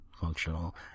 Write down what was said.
functional